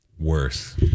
worse